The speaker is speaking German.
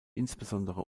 insbesondere